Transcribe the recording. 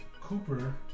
Cooper